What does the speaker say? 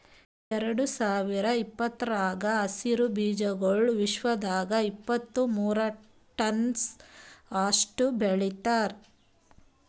ಎರಡು ಸಾವಿರ ಇಪ್ಪತ್ತರಾಗ ಹಸಿರು ಬೀಜಾಗೋಳ್ ವಿಶ್ವದಾಗ್ ಇಪ್ಪತ್ತು ಮೂರ ಟನ್ಸ್ ಅಷ್ಟು ಬೆಳಿತಾರ್